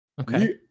Okay